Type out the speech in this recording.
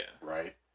Right